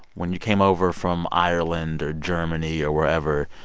when you came over from ireland or germany or wherever,